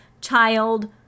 child